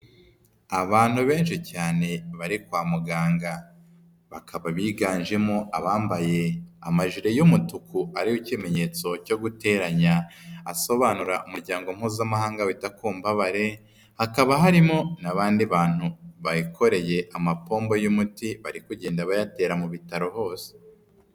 Abantu benshi cyane bari kwa muganga. Bakaba biganjemo abambaye amajire y'umutuku ariho ikimenyetso cyo guteranya, asobanura Umuryango Mpuzamahanga wita ku Mbabare, hakaba harimo n'abandi bantu bikoreye amapombo y'umuti bari kugenda bayatera mu bitaro hose.